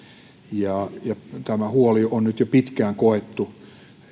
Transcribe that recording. ja tämä huoli on nyt jo pitkään koettu